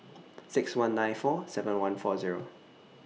six one nine four seven one four Zero